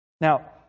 Now